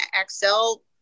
Excel